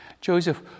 Joseph